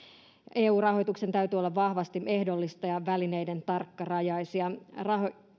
eu rahoituksen täytyy olla vahvasti ehdollista ja välineiden tarkkarajaisia rahoitus